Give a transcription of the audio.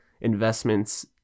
investments